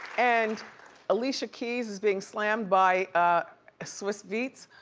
and alicia keys is being slammed by swizz beatz,